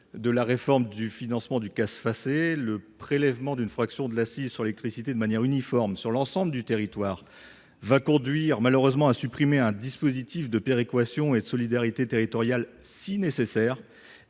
de la réforme du financement du CAS Facé, je soulignerai que le prélèvement d’une fraction de l’accise sur l’électricité de manière uniforme sur l’ensemble du territoire va conduire, malheureusement, à supprimer un dispositif de péréquation et de solidarité territoriale ô combien nécessaire